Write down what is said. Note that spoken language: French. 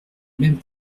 mêmes